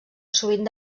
sovint